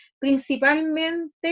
principalmente